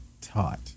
taught